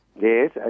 Yes